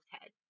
head